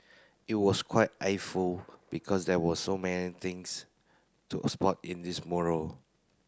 it was quite eyeful because there were so many things to spot in this mural